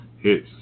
hits